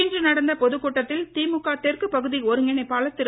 இன்று நடந்த பொதுக் கூட்டத்தில் திமுக தெற்கு பகுதி ஒருங்கிணைப்பாளர் திரு